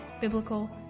biblical